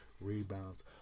rebounds